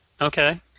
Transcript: Okay